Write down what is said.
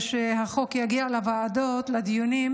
כשהחוק יגיע לוועדות לדיונים,